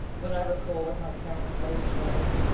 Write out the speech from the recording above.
when i record my parents' slavish life,